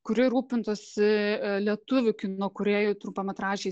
kuri rūpintųsi lietuvių kino kūrėjų trumpametražiais